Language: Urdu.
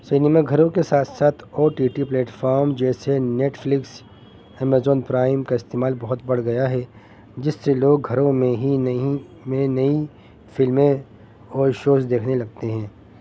سنیما گھروں کے ساتھ ساتھ او ٹی ٹی پلیٹفارام جیسے نیٹفلکس امیزون پرائم کا استعمال بہت بڑھ گیا ہے جس سے لوگ گھروں میں ہی نہیں میں نئی فلمیں اور شوز دیکھنے لگتے ہیں